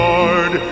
Lord